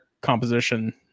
composition